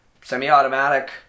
semi-automatic